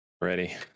Ready